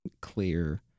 clear